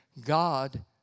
God